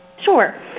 Sure